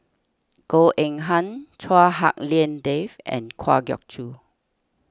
Goh Eng Han Chua Hak Lien Dave and Kwa Geok Choo